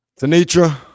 Tanitra